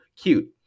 cute